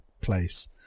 place